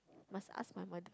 must ask my mother